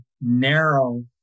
narrow